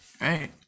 right